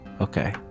Okay